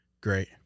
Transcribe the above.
Great